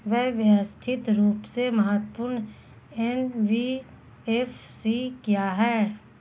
व्यवस्थित रूप से महत्वपूर्ण एन.बी.एफ.सी क्या हैं?